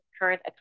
current